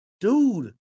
dude